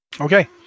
Okay